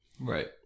Right